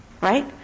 Right